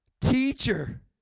teacher